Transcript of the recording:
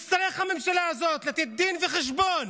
והממשלה הזאת תצטרך לתת דין וחשבון